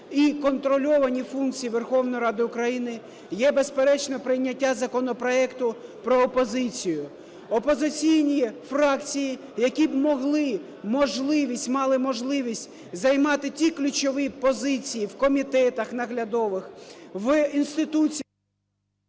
і контрольовані функції Верховної Ради України є, безперечно, прийняття законопроекту про опозицію. Опозиційні фракції, які б могли можливість... мали можливість займати ті ключові позиції в комітетах наглядових, в інституціях...